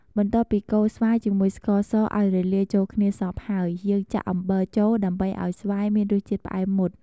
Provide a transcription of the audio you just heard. បន្ទាប់ពីកូរស្វាយជាមួយស្ករសឱ្យរលាយចូលគ្នាសព្វហើយ យើងចាក់អំបិលចូលដើម្បីឱ្យស្វាយមានរសជាតិផ្អែមមុត។